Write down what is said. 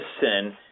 sin